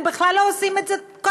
הם בכלל לא עושים את זה כאן,